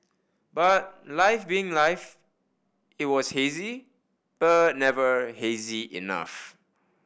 but life being life it was hazy but never hazy enough